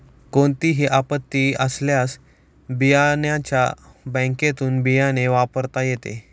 कोणतीही आपत्ती आल्यास बियाण्याच्या बँकेतुन बियाणे वापरता येते